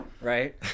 Right